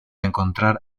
encontrar